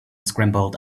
scrambled